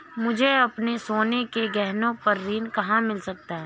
मुझे अपने सोने के गहनों पर ऋण कहाँ मिल सकता है?